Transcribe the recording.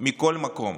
מכל מקום.